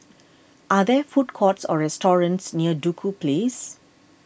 are there food courts or restaurants near Duku Place